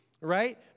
right